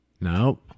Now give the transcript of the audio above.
No